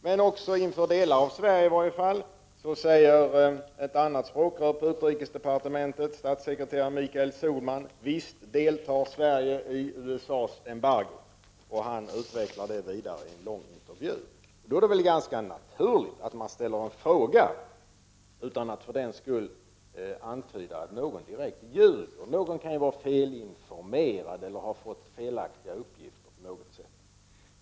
Men inför delar av svenska folket säger ett annat språkrör på utrikesdepartementet, statssekreterare Mikael Sohlman, att Sverige visst deltar i USA:s embargo. Han utvecklar detta vidare i en lång intervju. Det är väl då ganska naturligt att ställa en fråga, utan att man för den skull antyder att någon direkt ljuger. Det kan vara någon som är felinformerad eller har fått felaktiga uppgifter på något sätt.